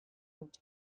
hutsa